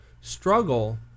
struggle